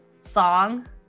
song